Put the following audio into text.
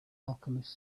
alchemist